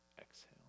Exhale